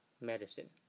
medicine